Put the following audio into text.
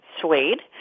suede